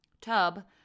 tub